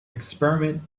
experiment